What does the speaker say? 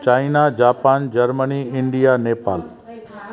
China Japan Germany India Nepal